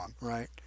right